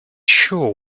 sure